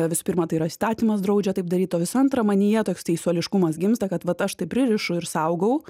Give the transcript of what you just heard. visų pirma tai yra įstatymas draudžia taip daryt o visų antra manyje toks teisuoliškumas gimsta kad vat aš tai pririšu ir saugau